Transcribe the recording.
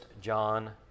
John